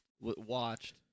watched